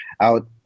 out